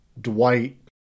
dwight